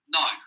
no